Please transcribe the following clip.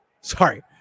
Sorry